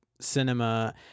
cinema